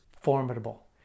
formidable